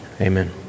amen